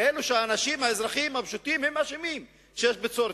כאילו שהאזרחים הפשוטים אשמים שיש בצורת.